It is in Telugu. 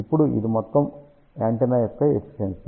ఇప్పుడు ఇది మొత్తం యాంటెన్నా యొక్క ఎఫిషియన్షి